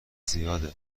زیاده